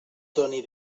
doni